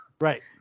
Right